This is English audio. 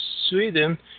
Sweden